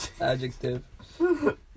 Adjective